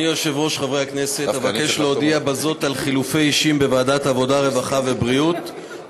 אני קובע כי חוק הכללת אמצעי זיהוי ביומטריים ונתוני זיהוי